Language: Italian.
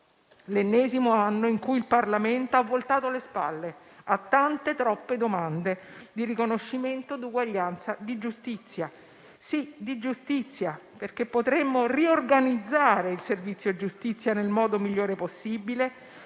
l'ennesimo anno in cui il Parlamento ha voltato le spalle a tante, troppe domande di riconoscimento di uguaglianza e di giustizia, perché potremmo riorganizzare il servizio giustizia nel modo migliore possibile,